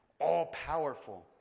all-powerful